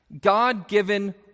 God-given